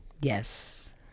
Yes